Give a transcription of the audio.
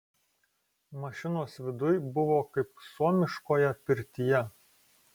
mašinos viduj buvo kaip suomiškoje pirtyje